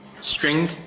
string